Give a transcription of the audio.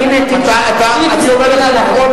הנה, תסתכל עלי.